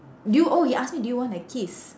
do you oh he ask me do you want a kiss